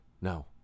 No